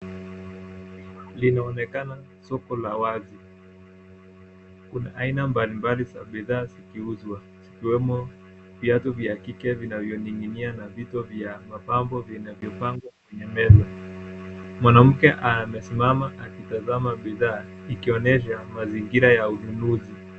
Linaonekana soko la wazi. Kuna aina mbali mbali za bidhaa zikiuzwa ikiwemo viatu vya kike vinavyoning'inia na vito vya mapambo vinavyopangwa viememe. Mwanamke amesimama akitazama bidhaa ikionyesha mazingira ya ununuzi.